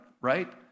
right